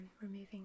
removing